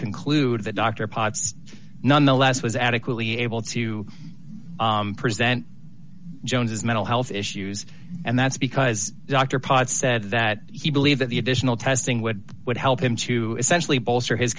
conclude that dr potts nonetheless was adequately able to present jones as mental health issues and that's because dr potts said that he believed that the additional testing would would help him to essentially bolster his